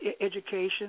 education